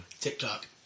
TikTok